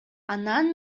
анан